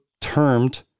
termed